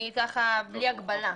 ללא הגבלה.